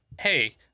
Hey